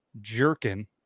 jerking